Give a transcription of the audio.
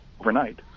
overnight